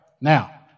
now